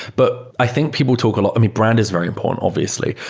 but i think people talk a lot i mean, brand is very important, obviously.